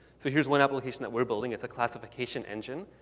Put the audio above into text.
so here's one application that we're building. it's a classification engine.